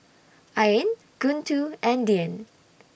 Ain Guntur and Dian